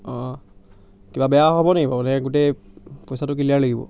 অঁ কিবা বেয়া হ'ব নেকি বাৰু নে গোটেই পইচাটো ক্লীয়াৰ লাগিব